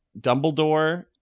dumbledore